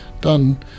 done